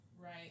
Right